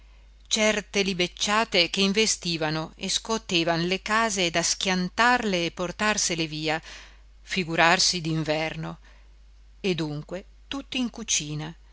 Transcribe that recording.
certe libecciate che investivano e scotevan le case da schiantarle e portarsele via figurarsi d'inverno e dunque tutti in cucina